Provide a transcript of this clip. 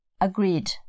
agreed